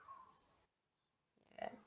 yeah